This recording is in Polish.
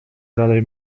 dalej